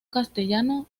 castellano